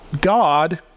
God